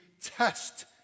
test